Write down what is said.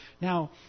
Now